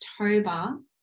October